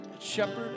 shepherd